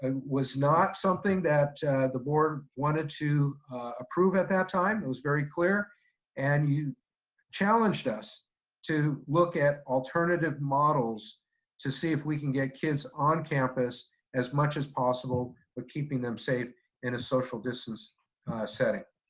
and was not something that the board wanted to approve at that time. it was very clear and you challenged us to look at alternative models to see if we can get kids on campus as much as possible but keeping them safe in a social distance setting.